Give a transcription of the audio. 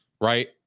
right